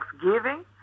Thanksgiving